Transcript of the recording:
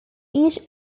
each